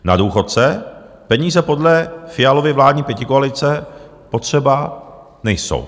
Na důchodce peníze podle Fialovy vládní pětikoalice potřeba nejsou.